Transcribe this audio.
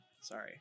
sorry